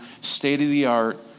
state-of-the-art